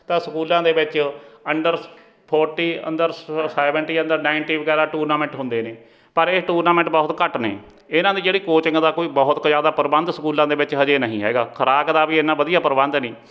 ਤਾਂ ਸਕੂਲਾਂ ਦੇ ਵਿੱਚ ਅੰਡਰ ਫੋਰਟੀ ਅੰਦਰ ਸੈਵਨਟੀ ਅੰਦਰ ਨਾਇਨਟੀ ਵਗੈਰਾ ਟੂਰਨਾਮੈਂਟ ਹੁੰਦੇ ਨੇ ਪਰ ਇਹ ਟੂਰਨਾਮੈਂਟ ਬਹੁਤ ਘੱਟ ਨੇ ਇਹਨਾਂ ਦੀ ਜਿਹੜੀ ਕੋਚਿੰਗ ਦਾ ਕੋਈ ਬਹੁਤ ਕ ਜ਼ਿਆਦਾ ਪ੍ਰਬੰਧ ਸਕੂਲਾਂ ਦੇ ਵਿੱਚ ਅਜੇ ਨਹੀਂ ਹੈਗਾ ਖੁਰਾਕ ਦਾ ਵੀ ਐਨਾ ਵਧੀਆ ਪ੍ਰਬੰਧ ਨਹੀਂ